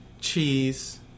cheese